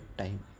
time